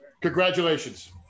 Congratulations